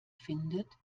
findet